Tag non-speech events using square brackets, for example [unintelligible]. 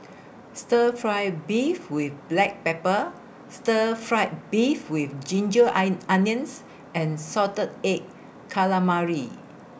Stir Fry Beef with Black Pepper Stir Fried Beef with Ginger [unintelligible] Onions and Salted Egg Calamari